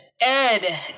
Ed